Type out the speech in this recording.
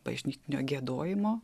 bažnytinio giedojimo